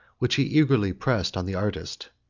which he eagerly pressed on the artist.